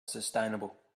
sustainable